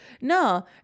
no